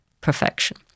perfection